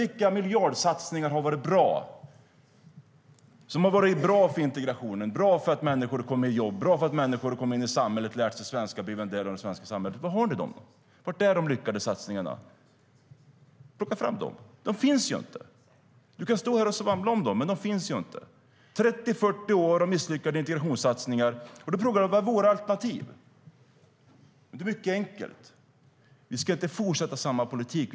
Vilka miljardsatsningar har varit bra för integrationen, bra för att människor ska komma i jobb och bra för att människor ska komma in i samhället, lära sig svenska och bli en del av det svenska samhället? Var har ni dem? Var är de lyckade satsningarna? Plocka fram dem! De finns ju inte. Du kan stå här och svamla om dem, Roger Haddad, men de finns inte. Efter 30-40 år av misslyckade integrationssatsningar frågar du vilka våra alternativ är. Det är mycket enkelt. Vi ska inte fortsätta med samma politik.